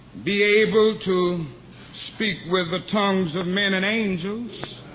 be able to speak with the tongues of men and angels